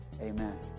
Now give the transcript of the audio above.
amen